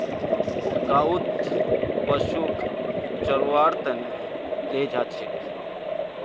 गाँउत पशुक चरव्वार त न ले जा छेक